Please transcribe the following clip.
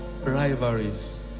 rivalries